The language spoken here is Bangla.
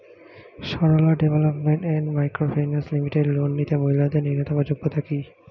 Sarala development and micro finance limited loan নিতে মহিলাদের ন্যূনতম যোগ্যতা কী?